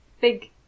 big